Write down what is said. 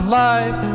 life